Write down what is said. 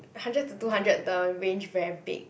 hundred to two hundred the range very big